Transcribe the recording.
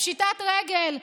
לפשיטת רגל,